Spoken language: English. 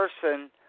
person